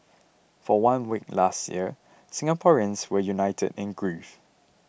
for one week last year Singaporeans were united in grief